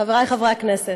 חברי חברי הכנסת,